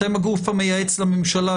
אתם הגוף המייעץ לממשלה,